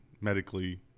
medically